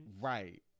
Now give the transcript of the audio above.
right